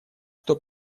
что